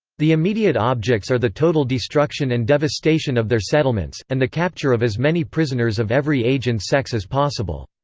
the immediate objects are the total destruction and devastation of their settlements, and the capture of as many prisoners of every age and sex as possible.